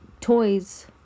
toys